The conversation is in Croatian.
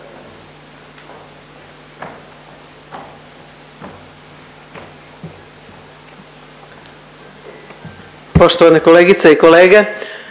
sabora, kolegice i kolege